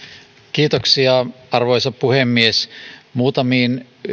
kiitoksia arvoisa puhemies muutamiin